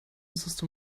system